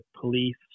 police